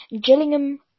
Gillingham